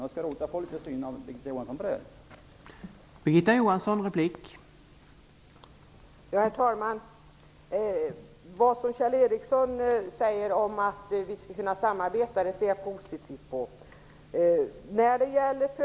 Det skulle vara roligt att få höra Birgitta Johanssons syn på detta.